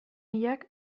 hilak